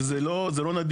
וזה לא נדיר,